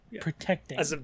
Protecting